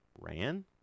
ran